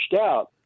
out